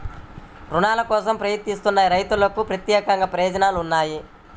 రుణాల కోసం ప్రయత్నిస్తున్న రైతులకు ప్రత్యేక ప్రయోజనాలు ఉన్నాయా?